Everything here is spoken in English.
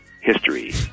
history